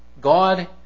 God